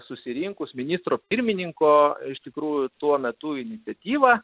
susirinkus ministro pirmininko iš tikrųjų tuo metu iniciatyva